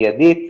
מיידית.